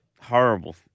horrible